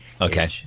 Okay